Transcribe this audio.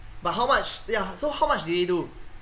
but how much ya so how much did they do